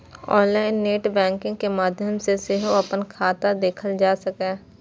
online net banking के माध्यम सं सेहो अपन खाता देखल जा सकैए